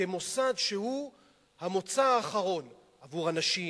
כמוסד שהוא המוצא האחרון עבור אנשים,